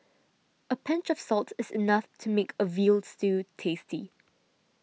a pinch of salt is enough to make a Veal Stew tasty